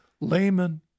layman